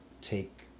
take